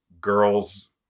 girls